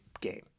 game